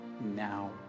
now